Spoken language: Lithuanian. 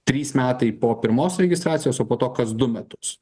trys metai po pirmos registracijos o po to kas du metus